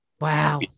Wow